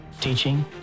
Teaching